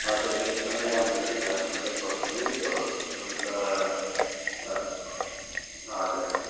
हजुर एकदमै राम्रो छ क्लासमा चाहिँ पर्फमेन्स हो अन्त हजुर